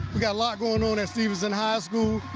yeah lot going on at stephenson high school.